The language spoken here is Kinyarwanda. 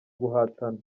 guhatana